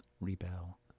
rebel